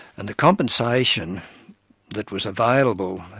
and the compensation that was available,